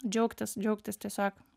džiaugtis džiaugtis tiesiog